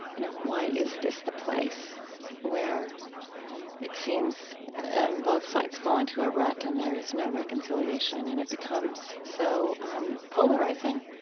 you know, why is this the place where it seems both sides fall into a rut and there is no reconciliation and it becomes so um polarizing?